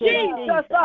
Jesus